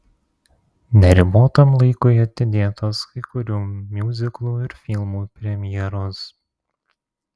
neribotam laikui atidėtos kai kurių miuziklų ir filmų premjeros